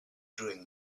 doing